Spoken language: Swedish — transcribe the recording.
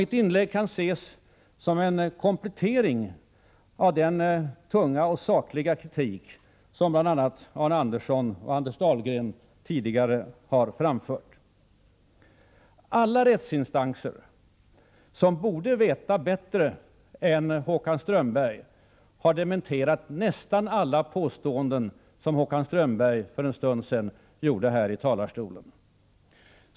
Mitt inlägg kan ses som en komplettering till den tunga och sakliga kritik som bl.a. Arne Andersson i Ljung och Anders Dahlgren tidigare framfört. Alla rättsinstanser, som borde veta bättre än Håkan Strömberg, har dementerat nästan alla påståenden som Håkan Strömberg för en stund sedan gjorde här i talarstolen.